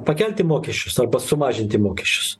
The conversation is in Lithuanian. pakelti mokesčius arba sumažinti mokesčius